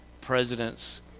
president's